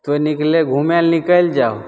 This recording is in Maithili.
तोँ निकलै घुमैले निकलि जाहो